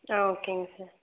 ஆ ஓகேங்க சார்